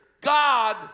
God